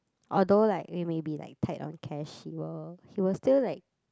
although like we may be like tight on cash he will he will still like